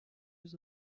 his